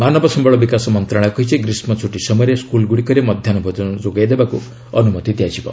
ମାନବ ସମ୍ଭଳ ବିକାଶ ମନ୍ତ୍ରଣାଳୟ କହିଛି ଗ୍ରୀଷ୍ମ ଛୁଟି ସମୟରେ ସ୍କୁଲ୍ଗୁଡ଼ିକରେ ମଧ୍ୟାହ୍ନ ଭୋଜନ ଯୋଗାଇ ଦେବାକୁ ଅନୁମତି ଦିଆଯିବ